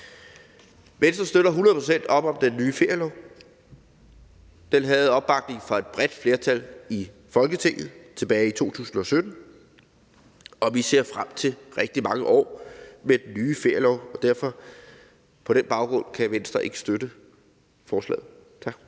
Venstre støtter hundrede procent op om den nye ferielov. Den havde opbakning fra et bredt flertal i Folketinget tilbage i 2017, og vi ser frem til rigtig mange år med den nye ferielov, og på den baggrund kan Venstre ikke støtte forslaget. Tak.